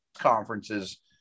conferences